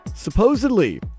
Supposedly